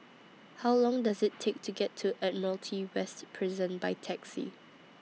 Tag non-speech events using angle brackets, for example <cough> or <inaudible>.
How Long Does IT Take <noise> to get to Admiralty West Prison By Taxi